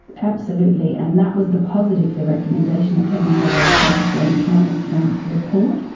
absolutely, and that was the positive, the recommendation that came out of the south australian coroner's report,